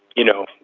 you know,